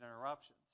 interruptions